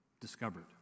discovered